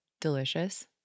Delicious